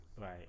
Right